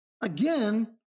Again